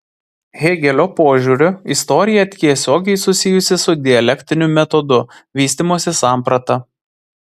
hėgelio požiūriu istorija tiesiogiai susijusi su dialektiniu metodu vystymosi samprata